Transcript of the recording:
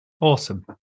awesome